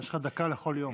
יש לך דקה לכל יום.